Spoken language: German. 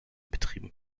betrieben